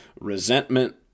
resentment